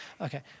Okay